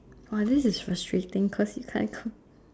oh this is frustrating cause you can't count